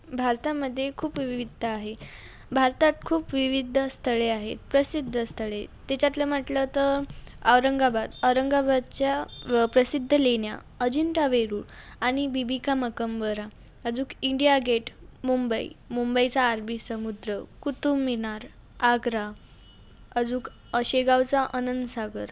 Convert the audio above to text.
भारतामध्ये खूप विविधता आहे भारतात खूप विविध स्थळे आहेत प्रसिद्ध स्थळे त्याच्यातलं म्हटलं तर औरंगाबाद औरंगाबादच्या प्रसिद्ध लेण्या अजिंठा वेरूळ आणि बीबी का मकबरा अजून इंडिया गेट मुंबई मुंबईचा अरबी समुद्र कुतुब मिनार आग्रा अजून शेगावचा आनंद सागर